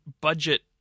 budget